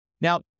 Now